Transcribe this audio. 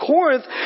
Corinth